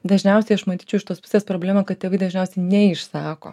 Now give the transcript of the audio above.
dažniausiai aš matyčiau iš tos pusės problemą kad tėvai dažniausiai neišsako